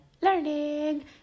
learning